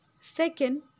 Second